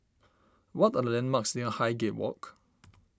what are the landmarks near Highgate Walk